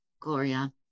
Gloria